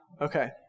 Okay